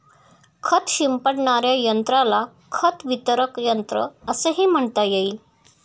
खत शिंपडणाऱ्या यंत्राला खत वितरक यंत्र असेही म्हणता येईल